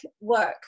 work